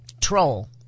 Troll